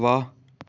ਵਾਹ